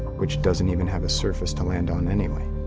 which doesn't even have a surface to land on anyway.